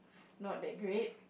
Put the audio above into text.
not that great